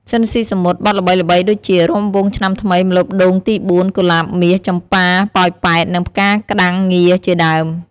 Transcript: ស៊ីន ស៊ីសាមុត បទល្បីៗដូចជា រាំវង់ឆ្នាំថ្មី ម្លប់ដូងទីបួន កូលាបមាស ចំប៉ាប៉ោយប៉ែត និងផ្កាក្ដាំងងាជាដើម។